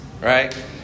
Right